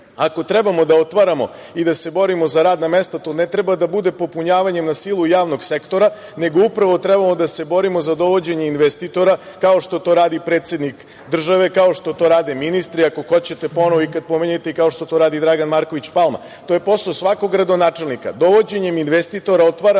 Ako trebamo da otvaramo i da se borimo za radna mesta, to ne treba da bude popunjavanje na silu javnog sektora, nego upravo, treba da se borimo za dovođenje investitora, kao što to radi predsednik države, kao što to rade ministri, ako hoćete ponovo, i kada pominjete i kao što radi i Dragan Marković Palma. To je posao svakog gradonačelnika. Dovođenjem investitora otvaramo